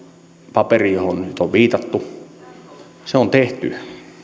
paperi johon nyt on viitattu se on tehty